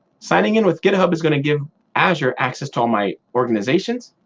signing in with github is going to give azure access to all my organizations,